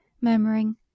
murmuring